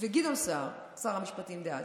וגדעון סער, שר המשפטים דאז.